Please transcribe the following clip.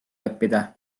leppida